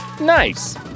nice